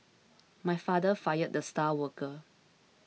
my father fired the star worker